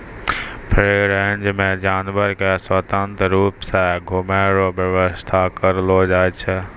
free range मे जानवर के स्वतंत्र रुप से घुमै रो व्याबस्था करलो जाय छै